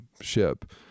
ship